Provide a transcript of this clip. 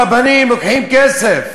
הרבנים לוקחים כסף,